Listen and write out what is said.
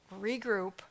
regroup